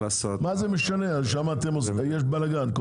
מה זה משנה, שם יש כל הזמן בלגן.